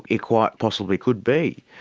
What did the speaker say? it quite possibly could be.